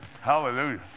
Hallelujah